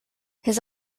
his